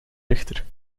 richter